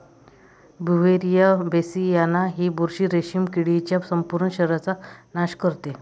Beauveria bassiana ही बुरशी रेशीम किडीच्या संपूर्ण शरीराचा नाश करते